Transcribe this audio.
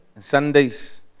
Sundays